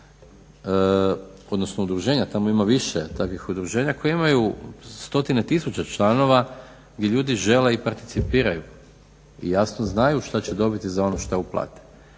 odnosno udruženja, tamo ima više takvih udruženja koja imaju stotine tisuća članova gdje ljudi žele i participiraju i jasno znaju šta će dobiti za ono što uplate.